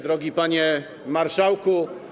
Drogi Panie Marszałku!